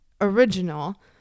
original